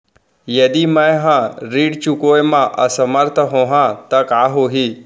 यदि मैं ह ऋण चुकोय म असमर्थ होहा त का होही?